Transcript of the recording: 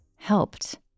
helped